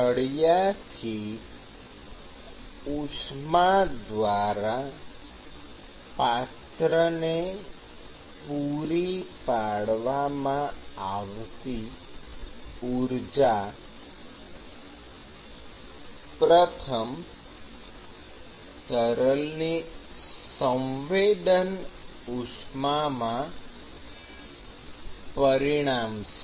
તળિયાથી ઉષ્મા દ્વારા પાત્રને પૂરી પાડવામાં આવતી ઊર્જા પ્રથમ તરલની સંવેદન ઉષ્મામાં પરિણમશે